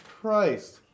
Christ